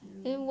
!aiyo!